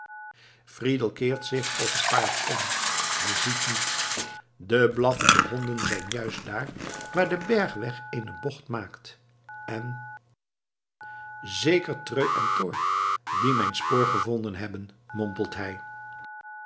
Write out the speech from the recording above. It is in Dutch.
fridel keert zich op het paard om hij ziet niets de blaffende honden zijn juist daar waar de bergweg eene bocht maakt en zeker treu en thor die mijn spoor gevonden hebben mompelt hij